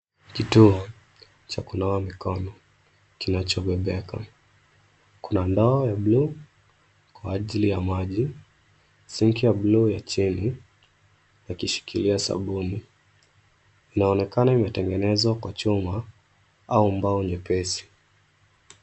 Kituo cha kunawa mikono kinachobebeka. Kuna ndoo ya bluu kwa ajili ya maji, sink ya bluu ya chini na kishikilia sabuni. Inaonekana imetengenezwa kwa chuma au mbao nyepesi.